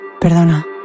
Perdona